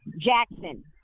Jackson